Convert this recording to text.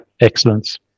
excellence